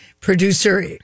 producer